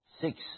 six